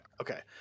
okay